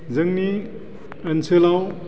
जोंनि ओनसोलाव